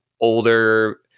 older